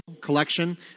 collection